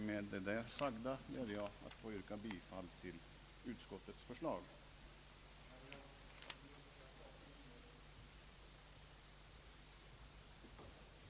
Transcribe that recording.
Med det sagda ber jag att få yrka bifall till utskottets förslag på alla punkter.